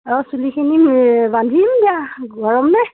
অঁ চুলিখিনি বান্ধিম দিয়া গৰম এহঃ